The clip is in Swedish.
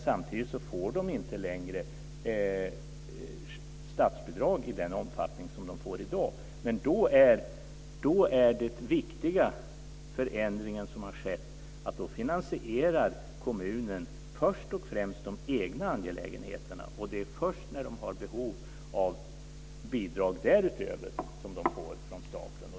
Samtidigt får de inte längre statsbidrag i den omfattning som de får i dag. Men då är den viktiga förändring som har skett att då finansierar kommunen först och främst de egna angelägenheterna, och det är först när de har behov av bidrag därutöver som de får från staten.